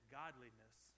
godliness